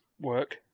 work